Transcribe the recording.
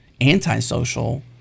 antisocial